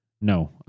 No